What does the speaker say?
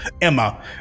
Emma